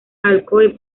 alcoy